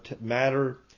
matter